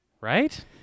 Right